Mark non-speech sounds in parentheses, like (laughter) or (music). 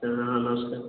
(unintelligible) ନମସ୍କାର